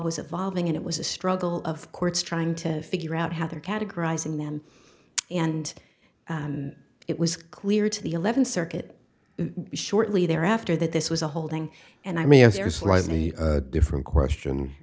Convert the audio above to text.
was evolving and it was a struggle of courts trying to figure out how they're categorizing them and it was clear to the eleventh circuit shortly thereafter that this was a holding and i may answer slightly different question